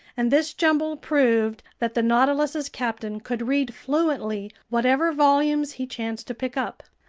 and this jumble proved that the nautilus's captain could read fluently whatever volumes he chanced to pick up.